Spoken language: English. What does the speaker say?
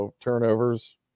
turnovers